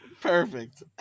Perfect